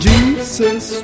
Jesus